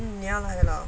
你要来了